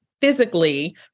physically